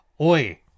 Oi